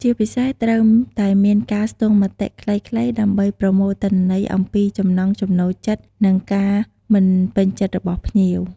ជាពិសេសត្រូវតែមានការស្ទង់មតិខ្លីៗដើម្បីប្រមូលទិន្នន័យអំពីចំណង់ចំណូលចិត្ត និងការមិនពេញចិត្តរបស់ភ្ញៀវ។